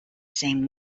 same